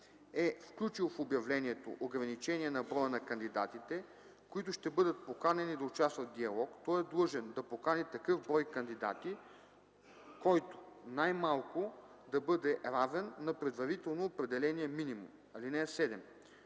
е включил в обявлението ограничение на броя на кандидатите, които ще бъдат поканени да участват в диалог, той е длъжен да покани такъв брой кандидати, който най-малко да бъде равен на предварително определения минимум. (7)